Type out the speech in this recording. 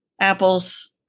apples